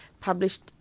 Published